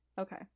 okay